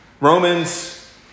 Romans